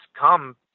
come